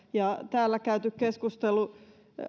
ja täällä käyty keskustelu